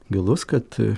gilus kad